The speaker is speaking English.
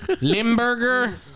Limburger